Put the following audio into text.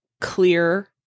clear